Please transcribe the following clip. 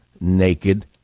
naked